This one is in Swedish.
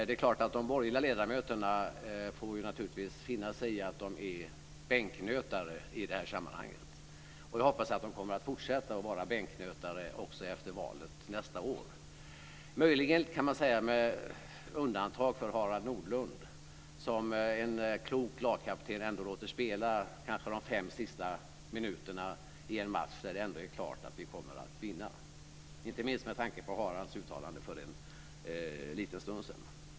De borgerliga ledamöterna får naturligtvis finna sig i att vara bänknötare i det här sammanhanget. Jag hoppas att de kommer att fortsätta att vara bänknötare också efter valet nästa år. Möjligen med undantag för Harald Nordlund som en klok lagkapten ändå låter spela de fem sista minuterna i en match där det ändå är klart att vi kommer att vinna - inte minst med tanke på Haralds uttalande för en liten stund sedan.